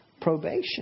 Probation